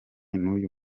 n’uyu